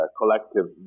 collective